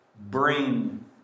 bring